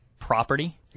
property